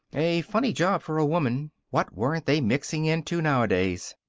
a funny job for a woman. what weren't they mixing into nowadays!